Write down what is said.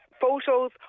photos